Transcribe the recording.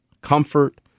comfort